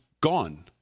gone